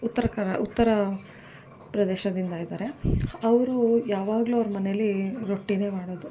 ಉತ್ತರ ಕರಾ ಉತ್ತರ ಪ್ರದೇಶದಿಂದ ಇದ್ದಾರೆ ಅವರು ಯಾವಾಗ್ಲೂ ಅವ್ರ ಮನೆಯಲ್ಲಿ ರೊಟ್ಟಿಯೇ ಮಾಡೋದು